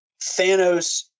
Thanos